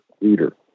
leader